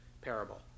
parable